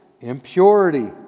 impurity